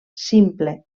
simple